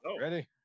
ready